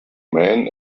man